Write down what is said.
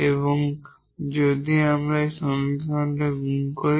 এবং যদি আমরা এই সমীকরণকে গুণ করি